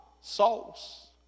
Souls